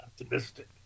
optimistic